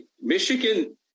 Michigan